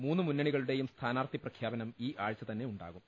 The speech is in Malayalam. മൂന്ന് മുന്നണികളുട്ടെയും സ്ഥാനാർത്ഥി പ്രഖ്യാപനം ഈ ആഴ്ച തന്നെ ഉണ്ടാകും